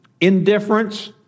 indifference